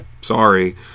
sorry